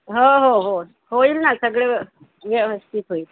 हो हो हो होईल ना सगळे व्य व्यवस्थित होईल